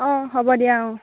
অঁ হ'ব দিয়া অঁ